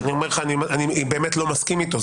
אני באמת לא מסכים איתו.